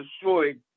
destroyed